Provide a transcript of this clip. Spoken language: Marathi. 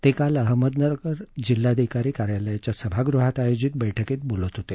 ते काल अहमदनगर जिल्हाधिकारी कार्यालयाच्या सभागृहात आयोजित बैठकीत बोलत होते